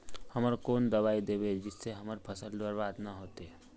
हम कौन दबाइ दैबे जिससे हमर फसल बर्बाद न होते?